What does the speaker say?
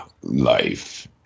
life